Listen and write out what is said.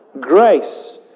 grace